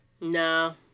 No